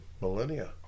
millennia